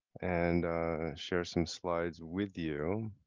and share some slides with you.